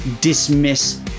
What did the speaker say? dismiss